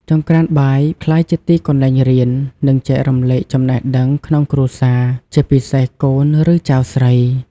ចង្ក្រានបាយក្លាយជាទីកន្លែងរៀន និងចែករំលែកចំណេះដឹងក្នុងគ្រួសារ ជាពិសេសកូន ឬចៅស្រី។